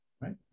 right